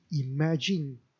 imagine